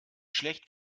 schlecht